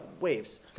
waves